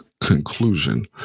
Conclusion